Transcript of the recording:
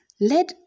let